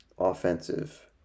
Offensive